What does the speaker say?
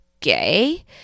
gay